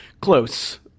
Close